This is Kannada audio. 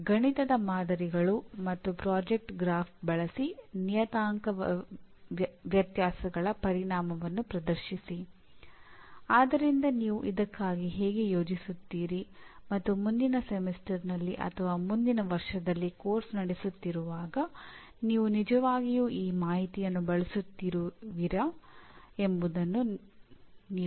ನೀವು ನೀಡುವ ಪದವಿಪೂರ್ವ ಪಠ್ಯಕ್ರಮದ ಪರಿಣಾಮಗಳ ಎರಡು ಉದಾಹರಣೆಗಳನ್ನು ನೀಡಿ ಮತ್ತು ಪರಿಣಾಮಗಳ ಎಲ್ಲಾ ವೈಶಿಷ್ಟ್ಯಗಳಿಗೆ ಗಮನ ಕೊಡಿ